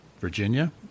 Virginia